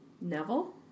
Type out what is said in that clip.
Neville